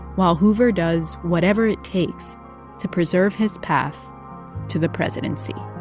while hoover does whatever it takes to preserve his path to the presidency